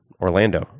Orlando